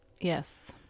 Yes